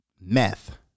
meth